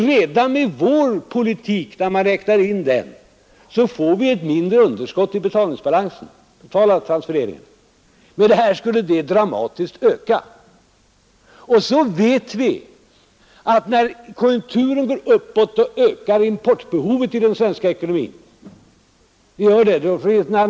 Redan med vår politik får vi ett mindre underskott i betalningsbalansen, och med de borgerligas förslag skulle underskottet dramatiskt öka. Vi vet att när konjunkturen går uppåt ökar importbehovet i den svenska ekonomin.